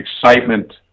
excitement